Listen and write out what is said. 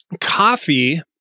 coffee